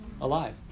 Alive